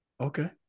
Okay